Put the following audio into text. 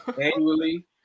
annually